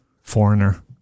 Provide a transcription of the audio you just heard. Foreigner